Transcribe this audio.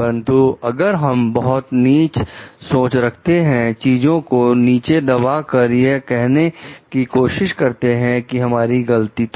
परंतु अगर हम बहुत नीचा सोच रहे हैं चीजों को नीचे दबाकर यह कहने की कोशिश कर रहे हैं हमारी गलती